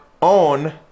on